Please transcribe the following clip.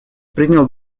принял